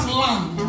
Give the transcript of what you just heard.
land